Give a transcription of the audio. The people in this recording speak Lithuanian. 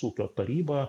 ūkio taryba